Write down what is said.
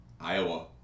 Iowa